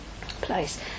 place